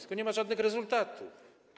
Tylko nie ma żadnych rezultatów.